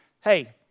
Hey